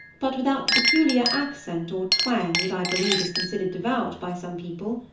but without the peculiar accent or twang that i believe is considered devout by some people,